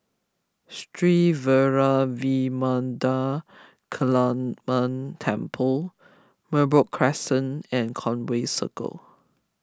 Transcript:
Sri Vairavimada Kaliamman Temple Merbok Crescent and Conway Circle